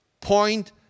point